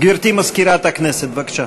גברתי מזכירת הכנסת, בבקשה.